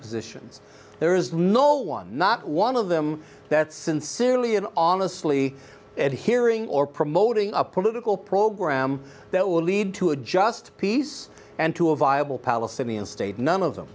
positions there is no one not one of them that sincerely and honestly and hearing or promoting a political program that will lead to a just peace and to a viable palestinian state none of them